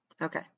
Okay